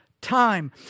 time